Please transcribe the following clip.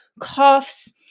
coughs